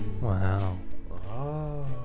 wow